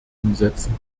umsetzen